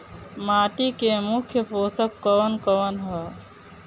माटी में मुख्य पोषक कवन कवन ह?